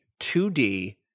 2D